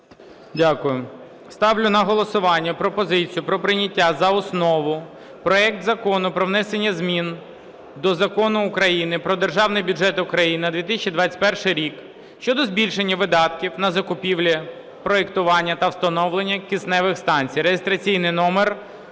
Дякую. Ставлю на голосування пропозицію про прийняття за основу проекту Закону про внесення змін до Закону України "Про Державний бюджет України на 2021 рік" щодо збільшення видатків на закупівлі, проектування та встановлення кисневих станцій (реєстраційний номер